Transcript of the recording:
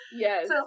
Yes